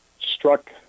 struck